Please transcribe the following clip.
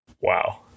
Wow